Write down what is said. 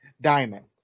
Diamond